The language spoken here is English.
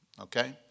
okay